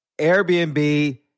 Airbnb